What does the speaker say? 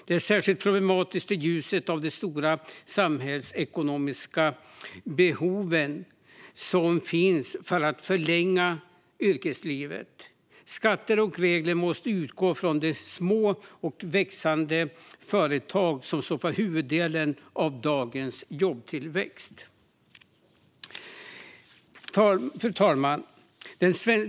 Det är särskilt problematiskt i ljuset av de stora samhällsekonomiska behov som finns av att förlänga yrkeslivet. Skatter och regler måste utgå från de små och växande företag som står för huvuddelen av dagens jobbtillväxt. Fru talman!